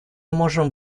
можем